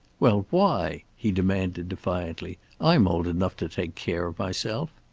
well, why? he demanded defiantly. i'm old enough to take care of myself.